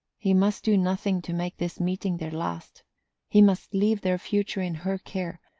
he must do nothing to make this meeting their last he must leave their future in her care,